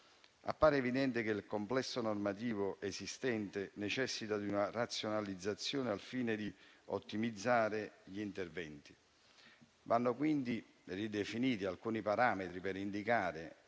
Appare evidente che il complesso normativo esistente necessita di una razionalizzazione al fine di ottimizzare gli interventi. Vanno quindi ridefiniti alcuni parametri per indicare